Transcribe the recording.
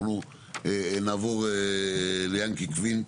אנחנו נעבור ליענקי קוינט,